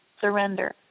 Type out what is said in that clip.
surrender